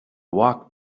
walk